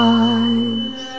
eyes